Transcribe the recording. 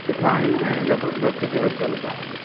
सुठा आहियूं ऐं लॻभॻ धरतीअ ते हर सहूलियत आहे